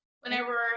whenever